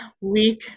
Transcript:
week